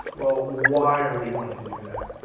well, why are we going to do that?